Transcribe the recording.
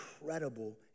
incredible